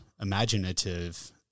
imaginative